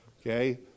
Okay